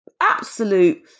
absolute